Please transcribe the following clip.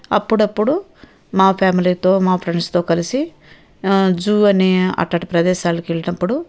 అప్పుడప్పుడు మా ఫ్యామిలీతో మా ఫ్రెండ్స్తో కలిసి జూ అని అలాంటి ప్రదేశాలకు వెళ్ళినప్పుడు